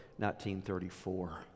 1934